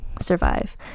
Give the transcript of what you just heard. survive